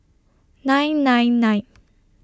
nine nine nine